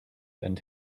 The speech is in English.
and